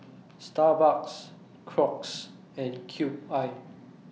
Starbucks Crocs and Cube I